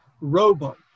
robot